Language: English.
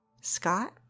Scott